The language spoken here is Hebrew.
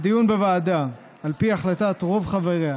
לדיון בוועדה על פי החלטת רוב חבריה